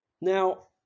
Now